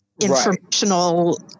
informational